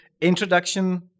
introduction